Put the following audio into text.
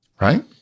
right